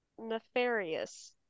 Nefarious